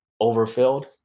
overfilled